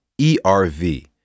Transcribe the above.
ERV